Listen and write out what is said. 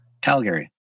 Calgary